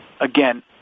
again